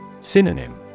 Synonym